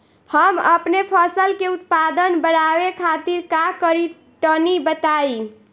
हम अपने फसल के उत्पादन बड़ावे खातिर का करी टनी बताई?